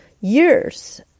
years